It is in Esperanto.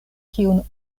kiun